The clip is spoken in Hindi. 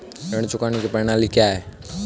ऋण चुकाने की प्रणाली क्या है?